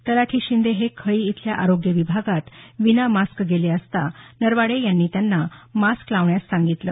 तलाठी शिंदे हे खळी इथल्या आरोग्य विभागात विनामास्क गेले असता नरवाडे यांनी त्यांना मास्क लावण्यास सांगितलं